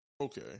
Okay